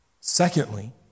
Secondly